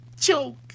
choke